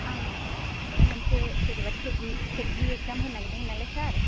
आं माबा मोनसे जेनैबा टेकनि टेटनि इक्जाम होनो नागेरदोंमोन नालाय सार